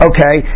Okay